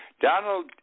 Donald